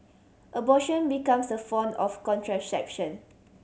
abortion becomes a form of contraception